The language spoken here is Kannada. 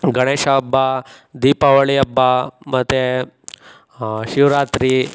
ಗಣೇಶ ಹಬ್ಬ ದೀಪಾವಳಿ ಹಬ್ಬ ಮತ್ತೆ ಶಿವರಾತ್ರಿ